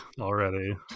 already